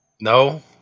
No